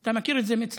אתה מכיר את זה מאצלכם.